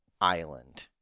Island